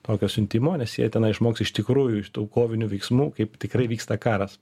tokio siuntimo nes jie tenai išmoks iš tikrųjų iš tų kovinių veiksmų kaip tikrai vyksta karas